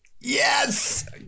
yes